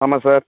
ஆமாம் சார்